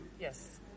Yes